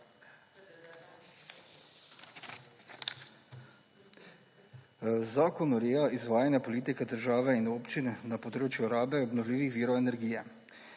Zakon ureja izvajanje politike države in občine na področju rabe obnovljivih virov energije.